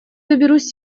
доберусь